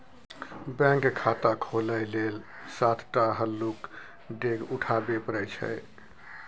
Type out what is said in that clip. bank खाता खोलय लेल सात टा हल्लुक डेग उठाबे परय छै